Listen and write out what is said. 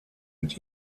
mit